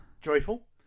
joyful